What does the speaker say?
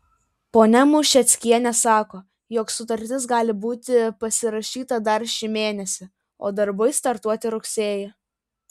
ponia mušeckienė sako jog sutartis gali būti pasirašyta dar šį mėnesį o darbai startuoti rugsėjį